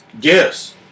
Yes